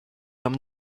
tam